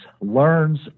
learns